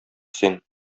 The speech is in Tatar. син